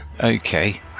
Okay